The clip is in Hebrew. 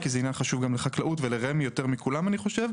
כי זה עניין חשוב גם לחקלאות ולרמ"י יותר מכולם אני חושב.